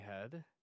head